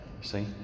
See